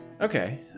Okay